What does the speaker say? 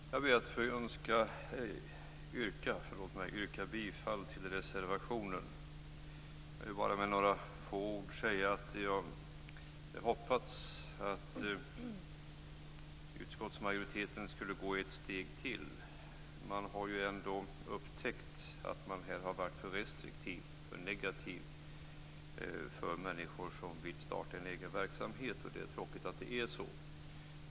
Fru talman! Jag ber att få yrka bifall till reservationen. Jag vill bara med några få ord säga att jag hade hoppats att utskottsmajoriteten skulle gå ett steg till. Man har ändå upptäckt att man har varit för restriktiv och för negativ mot människor som vill starta en egen verksamhet. Det är tråkigt att det är så.